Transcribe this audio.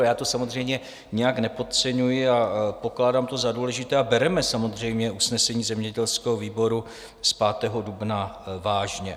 Já to samozřejmě nijak nepodceňuji, pokládám to za důležité a bereme samozřejmě usnesení zemědělského výboru z 5. dubna vážně.